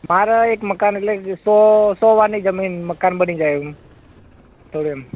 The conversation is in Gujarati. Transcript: મારે એક મકાન એટલે સો સો વારની જમીન મકાન બની જાય એવું થોડું એમ